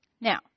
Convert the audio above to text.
now